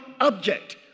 object